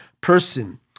Person